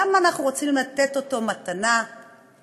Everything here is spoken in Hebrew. למה אנחנו רוצים לתת אותו מתנה לבנקים